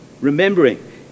remembering